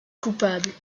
coupable